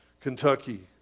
Kentucky